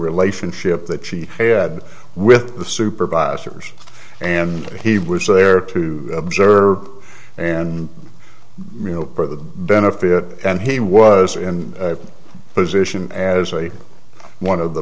relationship that she had with the supervisors and he was there to observe and report the benefit and he was in a position as a one of the